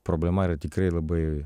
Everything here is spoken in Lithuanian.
problema yra tikrai labai